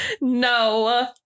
No